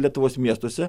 lietuvos miestuose